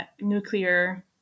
nuclear